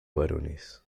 varones